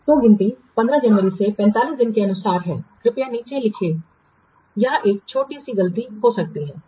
तो गिनती 15 जनवरी से 45 दिनों के अनुसार है कृपया नीचे लिखें यह एक छोटी सी गलती हो सकती है